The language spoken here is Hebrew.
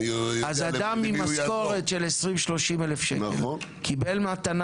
אז אדם עם משכורת של 20,000-30,000 שקלים קיבל מתנה